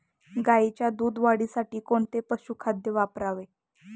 गाईच्या दूध वाढीसाठी कोणते पशुखाद्य वापरावे?